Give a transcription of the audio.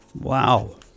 Wow